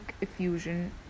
effusion